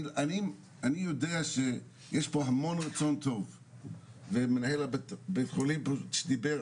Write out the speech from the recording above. אני יודע שיש פה המון רצון טוב ומנהל בית החולים שדיבר,